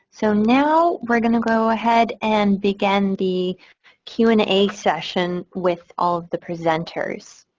so now we're going to go ahead and begin the q and a session with all the presenters.